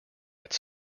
its